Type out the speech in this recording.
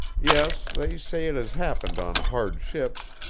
yes, they say it has happened on hard ships,